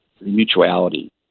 mutuality